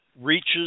reaches